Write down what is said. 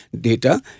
data